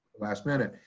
last minute.